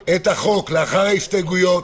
להצבעה את החוק לאחר ההסתייגויות